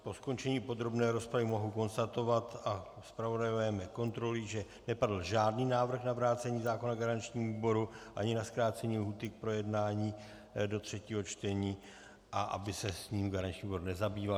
Po skončení podrobné rozpravy mohu konstatovat, a zpravodajové mě kontrolují, že nepadl žádný návrh na vrácení zákona garančnímu výboru ani na zkrácení lhůty k projednání do třetího čtení, a aby se jím garanční výbor nezabýval.